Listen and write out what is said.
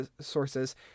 sources